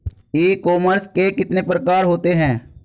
ई commerce के कितने प्रकार होते हैं?